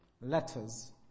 letters